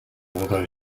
although